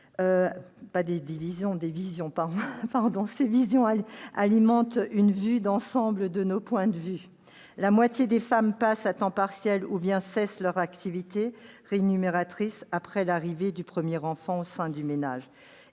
été exposées pendant nos échanges. Elles alimentent une vue d'ensemble de nos points de vue. La moitié des femmes passe à temps partiel ou bien cesse son activité rémunératrice après l'arrivée du premier enfant au sein du ménage.